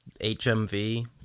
HMV